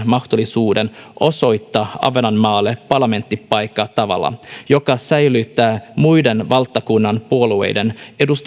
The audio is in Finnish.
mahdollisuuden osoittaa ahvenanmaalle parlamenttipaikka tavalla joka säilyttää muiden valtakunnan puolueiden